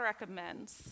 recommends